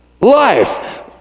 life